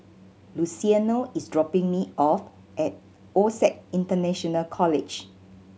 Luciano is dropping me off at OSAC International College